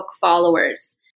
followers